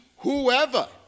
whoever